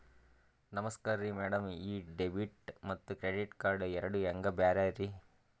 ನಮಸ್ಕಾರ್ರಿ ಮ್ಯಾಡಂ ಈ ಡೆಬಿಟ ಮತ್ತ ಕ್ರೆಡಿಟ್ ಕಾರ್ಡ್ ಎರಡೂ ಹೆಂಗ ಬ್ಯಾರೆ ರಿ?